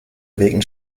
wegen